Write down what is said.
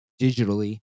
digitally